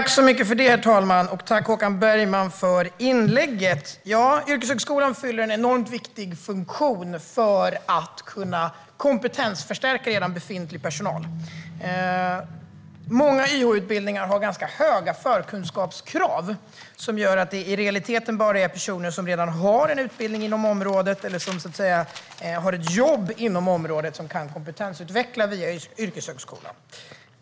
Herr talman! Tack, Håkan Bergman, för inlägget! Ja, yrkeshögskolan fyller en enormt viktig funktion för att kunna kompetensförstärka befintlig personal. Många YH-utbildningar har ganska höga förkunskapskrav som gör att det i realiteten bara är personer som redan har en utbildning eller ett jobb inom området som kan kompetensutvecklas via yrkeshögskolan.